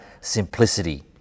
simplicity